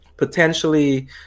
Potentially